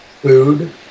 food